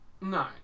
No